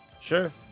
Sure